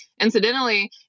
incidentally